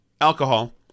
alcohol